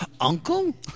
Uncle